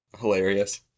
Hilarious